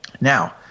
Now